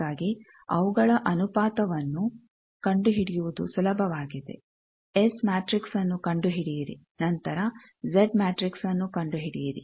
ಹಾಗಾಗಿ ಅವುಗಳ ಅನುಪಾತವನ್ನು ಕಂಡುಹಿಡಿಯುವುದು ಸುಲಭವಾಗಿದೆ ಎಸ್ ಮ್ಯಾಟ್ರಿಕ್ಸ್ನ್ನು ಕಂಡುಹಿಡಿಯಿರಿ ನಂತರ ಜೆಡ್ ಮ್ಯಾಟ್ರಿಕ್ಸ್ನ್ನು ಕಂಡುಹಿಡಿಯಿರಿ